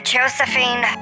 Josephine